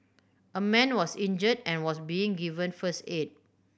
a man was injured and was being given first aid